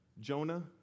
Jonah